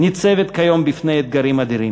ניצבת כיום בפני אתגרים אדירים.